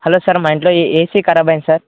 hello sir మా ఇంట్లో ఏ ఏసీ కరాబ్ అయింది సార్